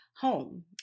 home